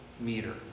meter